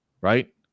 right